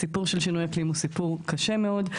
הסיפור של שינוי אקלים הוא סיפור קשה מאוד,